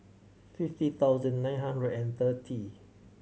fifty thousand nine hundred and thirty